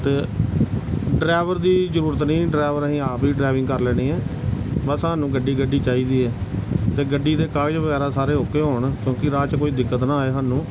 ਅਤੇ ਡਰਾਈਵਰ ਦੀ ਜ਼ਰੂਰਤ ਨਹੀਂ ਡਰਾਈਵਰ ਅਸੀਂ ਆਪ ਹੀ ਡਰਾਈਵਿੰਗ ਕਰ ਲੈਣੀ ਹੈ ਬਸ ਸਾਨੂੰ ਗੱਡੀ ਗੱਡੀ ਚਾਹੀਦੀ ਹੈ ਅਤੇ ਗੱਡੀ ਦੇ ਕਾਗਜ਼ ਵਗੈਰਾ ਸਾਰੇ ਓਕੇ ਹੋਣ ਕਿਉਂਕਿ ਰਾਹ 'ਚ ਕੋਈ ਦਿੱਕਤ ਨਾ ਆਏ ਸਾਨੂੰ